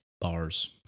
Bars